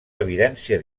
evidència